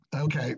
Okay